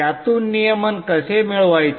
त्यातून नियमन कसे मिळवायचे